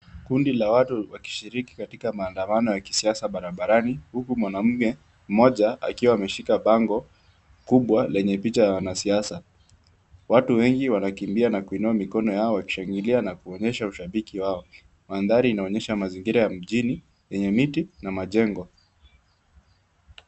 Kundi la watu wakishiriki katika maandamano ya kisiasa barabarani, huku mwanamume mmoja akiwa ameshika bango kubwa lenye picha ya wanasiasa, watu wengi wanakimbia na kuinua mikono yao wakishangilia na kuonyesha ushabiki wao, mandhari naonyesha mazingira ya mjini yenye miti na majengo,